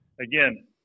again